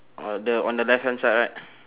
uh the on the left hand side right